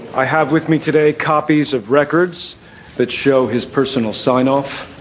i have with me today copies of records that show his personal sign off